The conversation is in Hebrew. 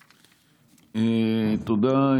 תודה,